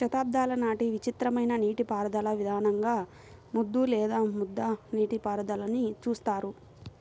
శతాబ్దాల నాటి విచిత్రమైన నీటిపారుదల విధానంగా ముద్దు లేదా ముద్ద నీటిపారుదలని చూస్తారు